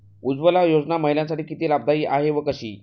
उज्ज्वला योजना महिलांसाठी किती लाभदायी आहे व कशी?